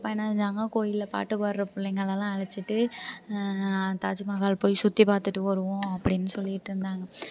எங்கள் அப்பா என்ன செஞ்சாங்க கோவில்ல பாட்டு பாடுற பிள்ளைங்களெல்லாம் அழைச்சிட்டு தாஜ்மஹால் போய் சுற்றி பார்த்துட்டு வருவோம் அப்படின் சொல்லிக்கிட்டு இருந்தாங்க